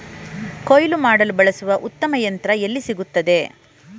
ಕುಯ್ಲು ಮಾಡಲು ಬಳಸಲು ಉತ್ತಮ ಯಂತ್ರ ಎಲ್ಲಿ ಸಿಗುತ್ತದೆ?